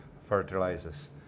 fertilizers